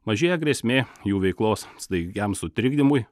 mažėja grėsmė jų veiklos staigiam sutrikdymui